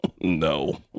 No